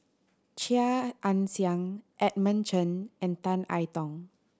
Chia Ann Siang Edmund Chen and Tan I Tong